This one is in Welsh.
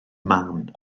man